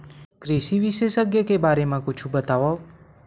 कृषि विशेषज्ञ के बारे मा कुछु बतावव?